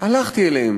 הלכתי אליהם,